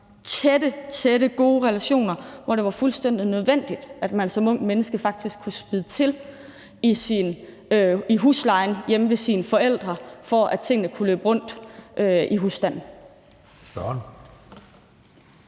til nogle, der oplevede, at det var fuldstændig nødvendigt, at man som ungt menneske faktisk kunne spæde til huslejen hjemme hos sine forældre, for at tingene kunne løbe rundt i husstanden.